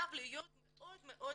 שחייב להיות מאוד אינדיבידואלי?